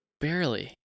barely